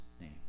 name